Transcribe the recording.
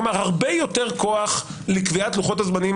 כלומר הרבה יותר כוח לקביעת לוחות הזמנים